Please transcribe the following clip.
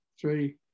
three